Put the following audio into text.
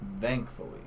Thankfully